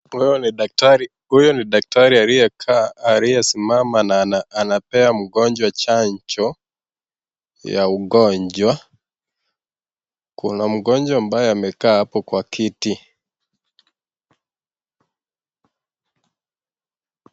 Huyo ni daktari, huyo ni daktari aliyekaa, aliyesimama na anapea mgonjwa chanjo, ya ugonjwa. Kuna mgonjwa ambaye amekaa hapo kwa kiti.